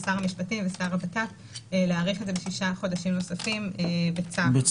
לשרי המשפטים והבט"פ להאריך את זה בשישה חודשים נוספים בצו.